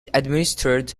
administered